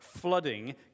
flooding